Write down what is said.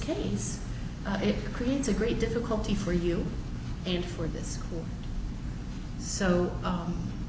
case it creates a great difficulty for you and for the school so